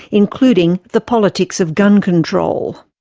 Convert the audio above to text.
including the politics of gun control.